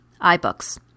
iBooks